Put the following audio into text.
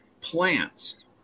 Plants